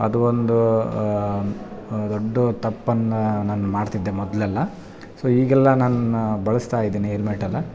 ಅದು ಒಂದು ದೊಡ್ಡ ತಪ್ಪನ್ನು ನಾನು ಮಾಡ್ತಿದ್ದೆ ಮೊದಲೆಲ್ಲಾ ಸೊ ಈಗೆಲ್ಲ ನನ್ನ ಬಳಸ್ತಾ ಇದೀನಿ ಹೆಲ್ಮೆಟೆಲ್ಲ